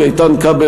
איתן כבל,